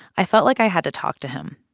i felt like i had to talk to him.